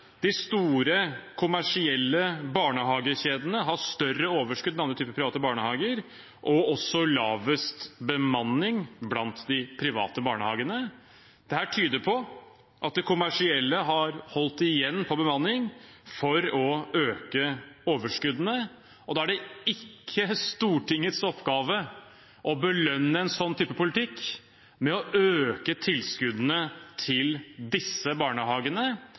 de store kommersielle barnehagekjedene har større overskudd enn andre typer private barnehager, og de har også lavest bemanning av de private barnehagene. Dette tyder på at de kommersielle har holdt igjen på bemanning for å øke overskuddene. Det er ikke Stortingets oppgave å belønne en sånn politikk med å øke tilskuddene til disse barnehagene.